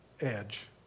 edge